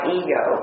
ego